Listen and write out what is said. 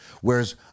whereas